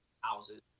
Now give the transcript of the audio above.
houses